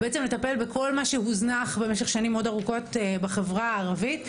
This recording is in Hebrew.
בעצם לטפל בכל מה שהוזנח במשך שנים מאוד ארוכות בחברה הערבית.